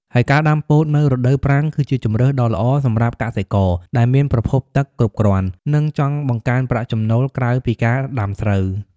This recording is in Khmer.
ហើយការដាំពោតនៅរដូវប្រាំងគឺជាជម្រើសដ៏ល្អសម្រាប់កសិករដែលមានប្រភពទឹកគ្រប់គ្រាន់ និងចង់បង្កើនប្រាក់ចំណូលក្រៅពីការដាំស្រូវ។